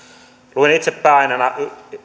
luin itse pääaineena